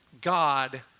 God